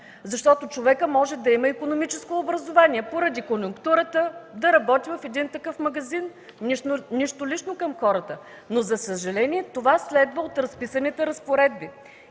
Защото човекът може да има икономическо образование, поради конюнктурата да работи в един такъв магазин. Нищо лично към хората, но за съжаление това следва от разписаните разпоредби.